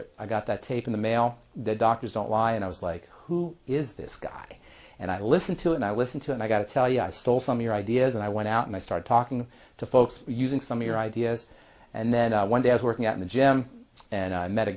it i got that tape in the mail the doctors don't lie and i was like who is this guy and i listen to and i listen to and i got to tell you i stole some of your ideas and i went out and i started talking to folks using some of your ideas and then i went as working at the gym and i met a